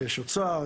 משרד האוצר,